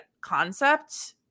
concept